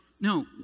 no